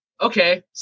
okay